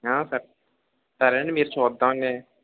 స సరే అండి మీరు చూద్దాం అండి